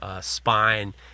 spine